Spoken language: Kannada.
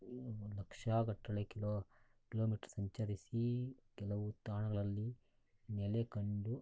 ಲಕ್ಷಾಗಟ್ಟಲೆ ಕಿಲೋ ಕಿಲೋಮೀಟ್ರ್ ಸಂಚರಿಸಿ ಕೆಲವು ತಾಣಗಳಲ್ಲಿ ನೆಲೆಕಂಡು